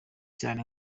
cyane